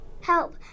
help